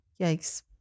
Yikes